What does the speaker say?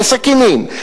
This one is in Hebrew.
לסכינים,